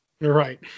Right